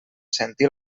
sentir